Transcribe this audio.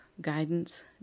guidance